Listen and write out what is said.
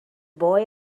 boy